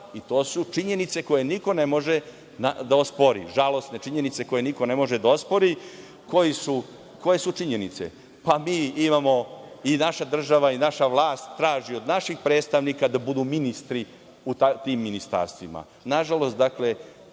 i to su činjenice koje niko ne može da ospori. To su žalosne činjenice koje niko ne može da ospori. Koje su činjenice? Naša država i naša vlast traži od naših predstavnika da budu ministri u tim ministarstvima. Nažalost,